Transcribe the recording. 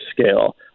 scale